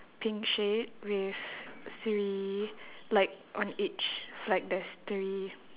pink shade with three like on each like there's three